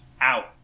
out